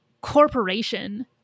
corporation